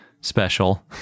special